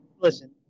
listen